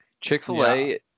Chick-fil-A